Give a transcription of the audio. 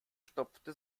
stopfte